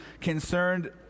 concerned